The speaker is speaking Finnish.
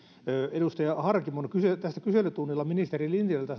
edustaja harkimon tästä kyselytunnilla ministeri lintilältä